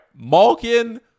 Malkin